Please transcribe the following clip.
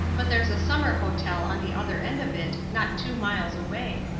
but there's a summer hotel on the other end of it not two miles away.